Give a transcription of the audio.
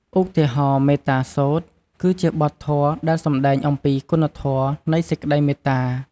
ឧទាហរណ៍ មេត្តាសូត្រ គឺជាបទធម៌ដែលសំដែងអំពីគុណធម៌នៃសេចក្តីមេត្តា។